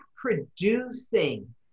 producing